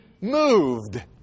moved